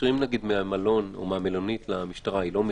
כשמתקשים מהמלונית למשטרה, היא לא מגיעה?